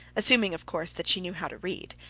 assuming, of course that she knew how to read.